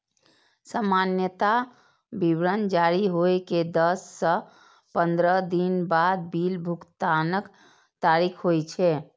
सामान्यतः विवरण जारी होइ के दस सं पंद्रह दिन बाद बिल भुगतानक तारीख होइ छै